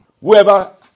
Whoever